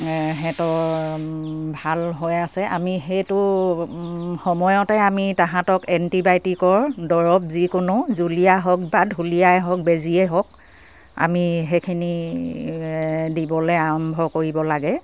সিহঁতৰ ভাল হৈ আছে আমি সেইটো সময়তে আমি তাহাঁতক এণ্টিবায়'টিকৰ দৰৱ যিকোনো জুলীয়া হওক বা ঢুলীয়াই হওক বেজিয়েই হওক আমি সেইখিনি দিবলে আৰম্ভ কৰিব লাগে